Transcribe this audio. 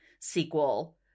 sequel